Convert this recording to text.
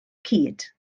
cyd